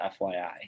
fyi